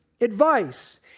advice